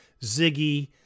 Ziggy